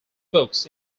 books